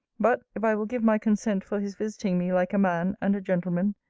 but, if i will give my consent for his visiting me like a man, and a gentleman,